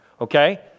okay